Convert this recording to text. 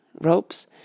ropes—